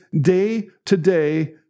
day-to-day